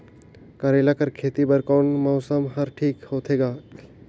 करेला कर खेती बर कोन मौसम हर ठीक होथे ग?